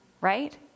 right